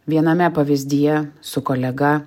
viename pavyzdyje su kolega